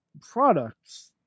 products